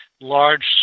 large